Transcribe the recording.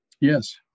Yes